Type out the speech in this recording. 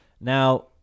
Now